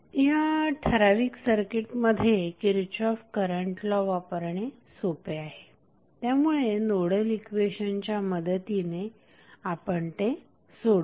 या ठराविक सर्किटमध्ये किरचॉफ करंट लॉ वापरणे सोपे आहे त्यामुळे नोडल इक्वेशन च्या मदतीने आपण ते सोडवू